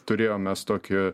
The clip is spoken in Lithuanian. turėjom mes tokį